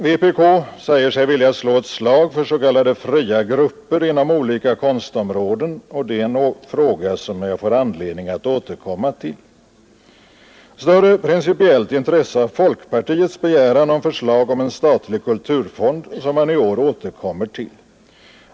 Vpk säger sig vilja slå ett slag för s.k. fria grupper inom olika konstområden, och det är en fråga som jag får anledning återkomma till. Större principiellt intresse har folkpartiets begäran om förslag till en statlig kulturfond som man i år återkommer till.